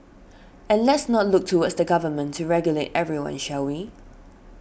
and let's not look towards the government to regulate everyone shall we